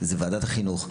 היא ועדת החינוך,